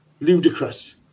ludicrous